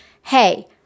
hey